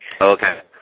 Okay